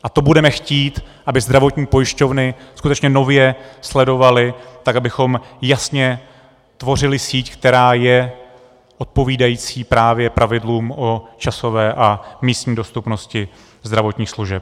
A to budeme chtít, aby zdravotní pojišťovny skutečně nově sledovaly, tak abychom jasně tvořili síť, která je odpovídající právě pravidlům o časové a místní dostupnosti zdravotních služeb.